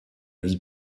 vie